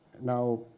Now